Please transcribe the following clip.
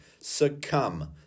succumb